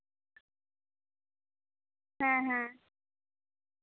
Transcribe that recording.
ᱦᱮᱸ ᱦᱮᱸ